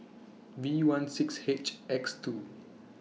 V one six H X two